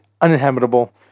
uninhabitable